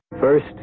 First